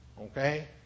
Okay